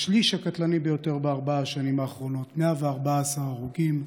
השליש הקטלני ביותר בארבע השנים האחרונות: 114 הרוגים,